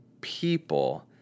people